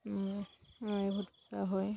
এইবোৰত চোৱা হয়